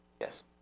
Yes